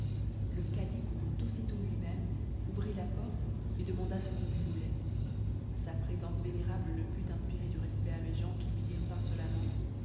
le cadi courut aussitôt lui-même ouvrit la porte et demanda ce qu'on lui voulait sa présence vénérable ne put inspirer du respect à mes gens qui lui dirent insolemment